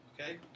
okay